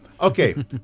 Okay